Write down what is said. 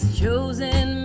chosen